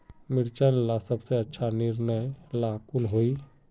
मिर्चन ला सबसे अच्छा निर्णय ला कुन होई?